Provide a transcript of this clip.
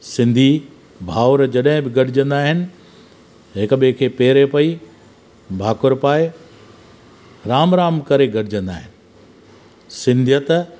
सिंधी भाउर जॾहिं बि गॾिजंदा आहिनि हिक ॿिए खे पेरे पेई भाकुर पाए राम राम करे गॾिजंदा आहिनि सिंधियत